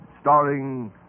starring